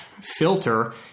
filter